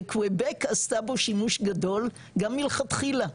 וקוויבק עשתה בו שימוש גדול גם מלכתחילה,